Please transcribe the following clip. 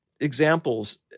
examples